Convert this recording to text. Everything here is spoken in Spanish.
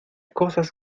cosas